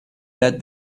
that